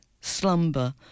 slumber